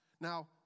Now